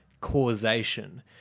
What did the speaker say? causation